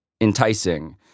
enticing